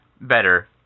better